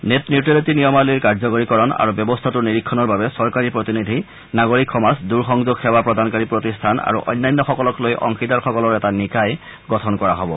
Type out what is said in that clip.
net neutrality নিয়মাৱলীৰ কাৰ্যকৰীকৰণ আৰু ব্যৱস্থাটোৰ নিৰীক্ষণৰ বাবে চৰকাৰী প্ৰতিনিধি নাগৰিক সমাজ দূৰসংযোগ সেৱা প্ৰদানকাৰী প্ৰতিষ্ঠান আৰু অন্যান্যসকলক লৈ অংশীদাৰসকলৰ এটা নিকায় গঠন কৰা হ'ব